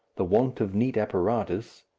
the want of neat apparatus,